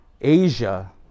Asia